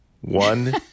One